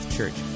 Church